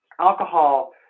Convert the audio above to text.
Alcohol